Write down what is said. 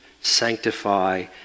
sanctify